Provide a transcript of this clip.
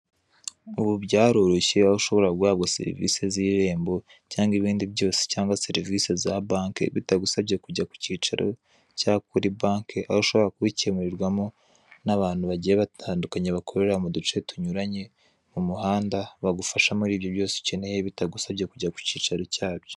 Ubu byaroroshye aho ushobora guhabwa serivise z'irembo cyangwa ibindi byose cyangwa serivise za banke bitagusabye kujya kucyicaro cyangwa kuri banke aho ushobora kubicyemurirwamo n'abantu bagiye batandukanye bakorera muduce dutandukanye muhanda bagufasha muri ibyo byose ukeneye bitagusabye kujya kucyicaro cyabyo.